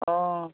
অঁ